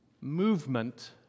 movement